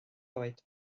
oed